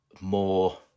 more